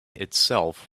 itself